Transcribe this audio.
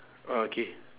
oh K